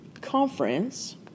conference